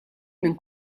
minn